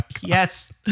Yes